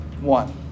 one